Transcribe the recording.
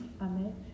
Amen